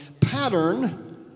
pattern